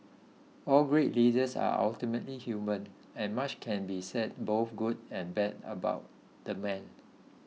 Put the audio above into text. all great leaders are ultimately human and much can be said both good and bad about the man